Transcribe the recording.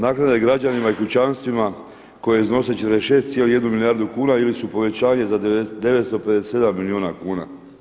Naknada građanima i kućanstvima koja iznosi 46,1 milijardu kuna ili su povećanje za 957 milijuna kuna.